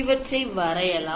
இவற்றை வரையலாம்